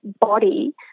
body